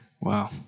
Wow